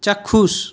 চাক্ষুষ